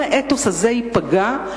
אם האתוס הזה ייפגע,